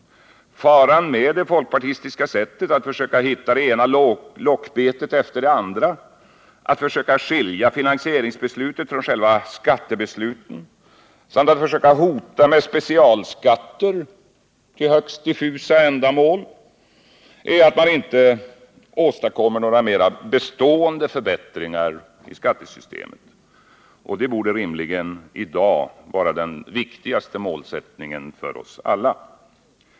Faran med det folkpartistiska sättet att försöka hitta det ena lockbetet efter det andra, att försöka skilja finansieringsbeslutet från själva skattebesluten samt att försöka hota med specialskatter till högst diffusa ändamål är att man inte åstadkommer några mer bestående förbättringar i skattesystemet. Det borde rimligen i dag vara den viktigaste målsättningen för oss alla.